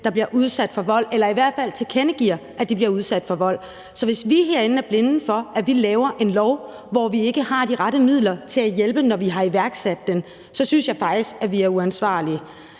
der bliver udsat for vold eller i hvert fald tilkendegiver, at de bliver udsat for vold. Så hvis vi herinde, når vi laver en lov, er blinde for, at vi ikke har afsat de rette midler til at hjælpe, når vi har iværksat den, så synes jeg faktisk, at vi er uansvarlige.